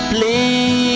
Please